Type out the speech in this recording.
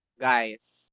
guys